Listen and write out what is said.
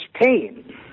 pain